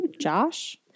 Josh